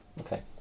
Okay